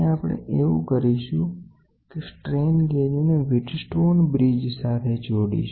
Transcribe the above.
આપણે એવું કરીશું કે સ્ટ્રેન ગેજ ને વિટ સ્ટોન બ્રીજ પ્રિન્સિપલ સાથે જોડીશું